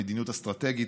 במדיניות אסטרטגית,